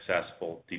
successful